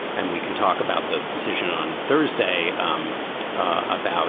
and we can talk about the decision on thursday um about